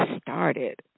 started